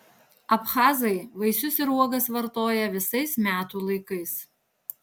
abchazai vaisius ir uogas vartoja visais metų laikais